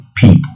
people